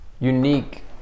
Unique